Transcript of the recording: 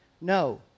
No